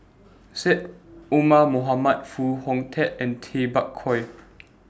Syed Omar Mohamed Foo Hong Tatt and Tay Bak Koi